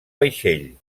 vaixell